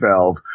valve